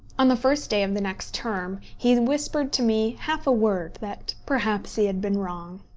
on the first day of the next term he whispered to me half a word that perhaps he had been wrong.